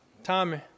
Tommy